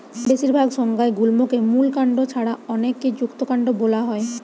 বেশিরভাগ সংজ্ঞায় গুল্মকে মূল কাণ্ড ছাড়া অনেকে যুক্তকান্ড বোলা হয়